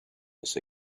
this